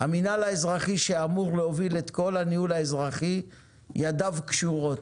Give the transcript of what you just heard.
המינהל האזרחי שאמור להוביל את כל הניהול האזרחי ידיו קשורות,